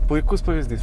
puikus pavyzdys